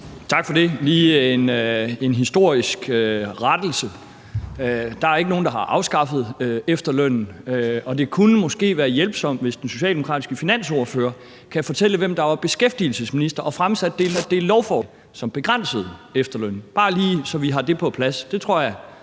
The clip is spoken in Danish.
Tak for det. Jeg har lige en historisk rettelse: Der er ikke nogen, der har afskaffet efterlønnen. Og det kunne måske være hjælpsomt, hvis den socialdemokratiske finansordfører kunne fortælle, hvem der var beskæftigelsesminister og fremsatte det lovforslag, som begrænsede efterlønnen, bare så vi lige har det på plads. Det tror jeg